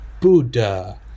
Buddha